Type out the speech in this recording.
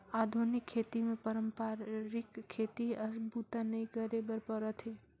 आधुनिक खेती मे पारंपरिक खेती अस बूता नइ करे बर परत हे